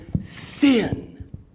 sin